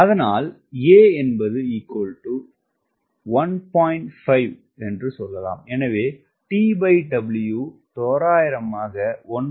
அதனால் எனவே TW தோராயமாக 1